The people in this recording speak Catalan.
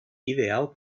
ideal